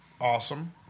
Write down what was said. Awesome